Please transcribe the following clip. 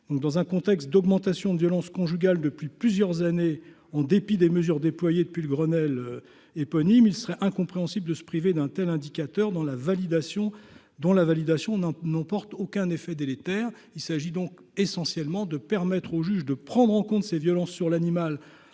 dans un contexte d'augmentation de violences conjugales depuis plusieurs années, en dépit des mesures déployées depuis le Grenelle éponyme, il serait incompréhensible de se priver d'un tel indicateurs dans la validation dont la validation dans nos ports. Aucun effet délétère, il s'agit donc essentiellement de permettre aux juges de prendre en compte ces violences sur l'animal